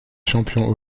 champion